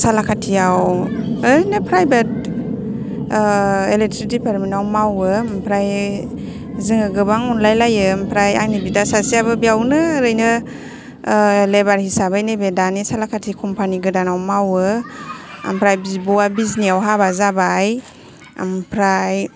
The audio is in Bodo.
सालाकाथिटाव ओरैनो प्राइभेट एलेकट्रिक दिपार्टमेन्ट आव मावो ओमफ्राय जोङो गोबां अनलाय लायो ओमफ्राय आंनि बिदा सासेयाबो बेयावनो ओरैनो लेबार हिसाबै नैबे दानि सालाकिथिनि कम्पानि गोदानाव मावो ओमफ्राय बिब'आ बिजनियाव हाबा जाबाय ओमफ्राय